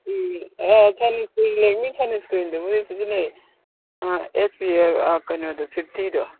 ꯎꯝ sunscreen ꯂꯦꯛꯃꯤ ꯁꯟꯁ꯭ꯀꯔꯤꯟꯗꯨꯃꯗꯤ ꯁꯤꯖꯤꯟꯅꯩꯌꯦ ꯑꯥ ꯑꯦꯁ ꯄꯤ ꯑꯦꯐ ꯀꯩꯅꯣꯗꯣ ꯐꯤꯐꯇꯤꯗꯣ